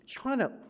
China